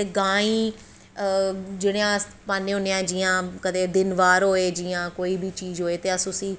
ते गां गी जेह्ड़ा अस पान्नें होन्ने आं जियां कदैं दिन बार होए दे अस उसी